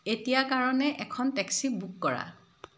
এতিয়াৰ কাৰণে এখন টেক্সি বুক কৰা